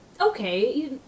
okay